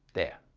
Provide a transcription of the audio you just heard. there.